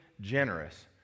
generous